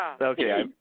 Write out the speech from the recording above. Okay